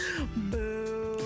Boo